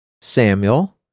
Samuel